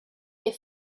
des